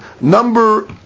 Number